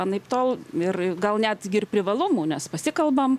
anaiptol ir gal net gi ir privalumų nes pasikalbam